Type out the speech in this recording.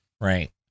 Right